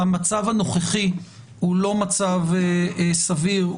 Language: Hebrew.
המצב הנוכחי הוא לא מצב סביר,